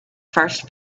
first